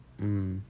mm